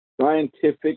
scientific